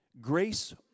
Grace